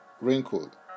wrinkled